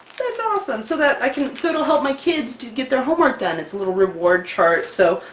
that's awesome, so that i can so it'll help my kids to get their homework done. it's a little reward chart so,